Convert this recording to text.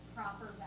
proper